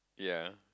ya